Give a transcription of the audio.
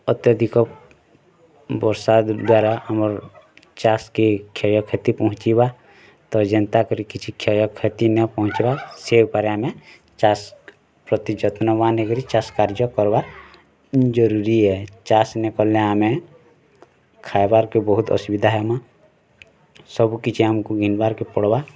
ଅତ୍ୟଧିକ ବର୍ଷା ଦ୍ଵାରା ଆମର୍ ଚାଷ୍ କେ କ୍ଷୟ କ୍ଷତି ପହଞ୍ଚିବା ତ ଯେନ୍ତା କରି କିଛି କ୍ଷୟ କ୍ଷତି ନା ପହଞ୍ଚେଇବା ସେ ଉପାୟ ରେ ଆମେ ଚାଷ୍ ପ୍ରତି ଯତ୍ନବାନ ହେଇ କରି ଚାଷ୍ କାର୍ଯ୍ୟ କରବା ଜରୁରୀ ଏ ଚାଷ୍ ନାଇଁ କରିଲେ ଆମେ ଖାଇବାର୍ କେ ବହୁତ ଅସୁବିଧା ହେମା ସବୁ କିଛି ଆମକୁ ଘିନ୍ ବାର୍ କେ ପଡ଼ବା